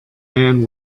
man